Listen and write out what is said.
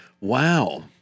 Wow